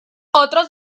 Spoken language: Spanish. otros